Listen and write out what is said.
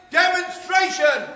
demonstration